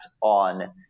on